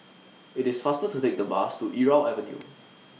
IT IS faster to Take The Bus to Irau Avenue